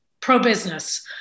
pro-business